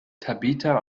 tabitha